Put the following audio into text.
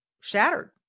shattered